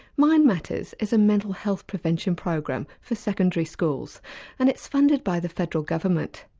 mind matters is a mental health prevention program for secondary schools and it's funded by the federal government.